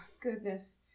goodness